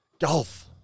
golf